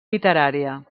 literària